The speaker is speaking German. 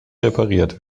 repariert